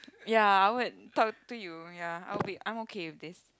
ya I would talk to you ya I would be I'm okay with this